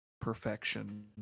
perfection